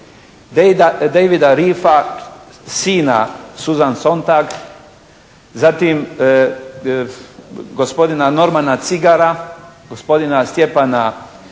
Davida Rifa sina Susan Sontag, zatim gospodina Normana Cigara, gospodina Stjepana